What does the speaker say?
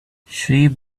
she